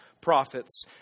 prophets